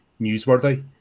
newsworthy